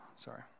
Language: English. sorry